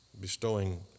bestowing